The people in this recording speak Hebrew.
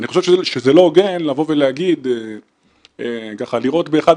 אני חושב שזה לא הוגן לבוא ולהגיד ולירות באחד